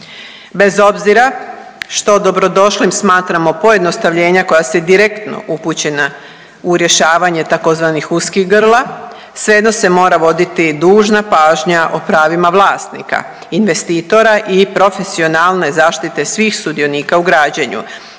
Bez obzira što dobrodošlim smatramo pojednostavljena koja se direktno upućena u rješavanje tzv. uskih grla, svejedno se mora voditi dužna pažnja o pravima vlasnika, investitora i profesionalne zaštite svih sudionika u građenju,